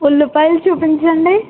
ఉల్లిపాయలు చూపించండి